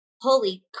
holy